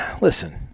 Listen